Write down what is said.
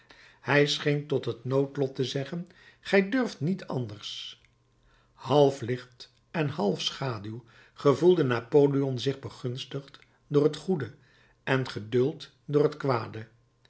hij scheen tot het noodlot te zeggen gij durft niet anders half licht en half schaduw gevoelde napoleon zich begunstigd door het goede en geduld door het kwade